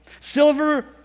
Silver